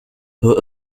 who